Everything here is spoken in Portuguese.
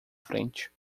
frente